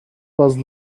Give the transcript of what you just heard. was